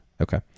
okay